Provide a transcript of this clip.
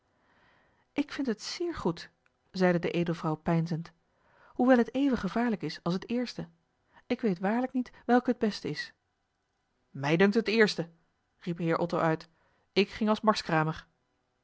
ik vind het zeer goed zeide de edelvrouw peinzend hoewel het even gevaarlijk is als het eerste ik weet waarlijk niet welk het beste is mij dunkt het eerste riep heer otto uit ik ging als marskramer